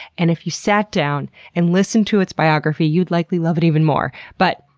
and if you sat down and listened to its biography you'd likely love it even more. but,